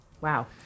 wow